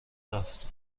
رفت